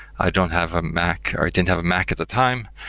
i don't have a mac or i didn't have a mac at the time,